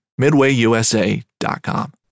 MidwayUSA.com